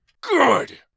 Good